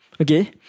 okay